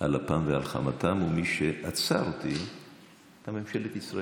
על אפם ועל חמתם, ומי שעצר אותי היה ממשלת ישראל.